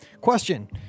Question